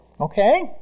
Okay